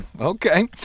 Okay